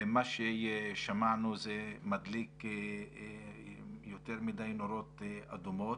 ומה ששמענו זה מדליק יותר מדי נורות אדומות.